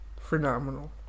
Phenomenal